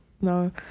no